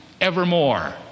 evermore